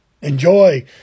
enjoy